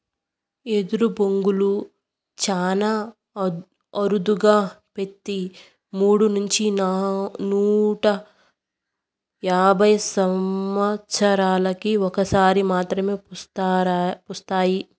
ఎదరు బొంగులు చానా అరుదుగా పెతి మూడు నుంచి నూట యాభై సమత్సరాలకు ఒక సారి మాత్రమే పూస్తాయి